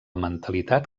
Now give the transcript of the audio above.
mentalitat